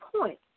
point